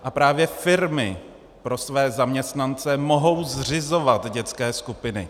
A právě firmy pro své zaměstnance mohou zřizovat dětské skupiny.